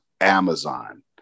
Amazon